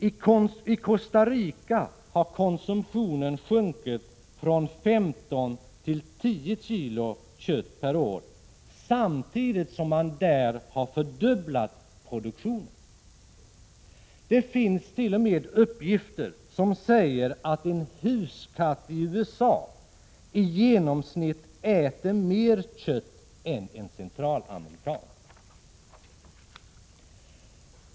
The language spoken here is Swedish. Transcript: I Costa Rica har konsumtionen sjunkit från 15 till 10 kg kött per år samtidigt som man där har fördubblat köttproduktionen. Det finns t.o.m. uppgifter som säger att en huskatt i USA i genomsnitt äter mer kött än en centralamerikan.